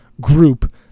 group